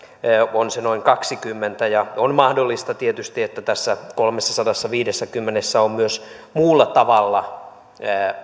on se noin kaksikymmentä ja on mahdollista tietysti että tässä kolmessasadassaviidessäkymmenessä on myös muulla tavalla